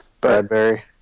Bradbury